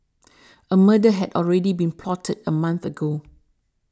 a murder had already been plotted a month ago